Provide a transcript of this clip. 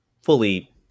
Fully